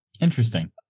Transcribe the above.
Interesting